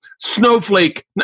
snowflake